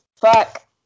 Fuck